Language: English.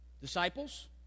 Disciples